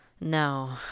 No